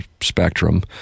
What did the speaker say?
Spectrum